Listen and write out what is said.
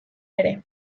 ere